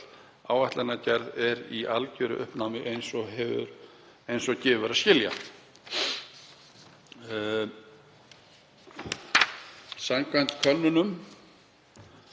áætlanagerð er í algeru uppnámi, eins og gefur að skilja. Samkvæmt könnun